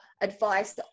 advice